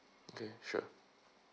okay sure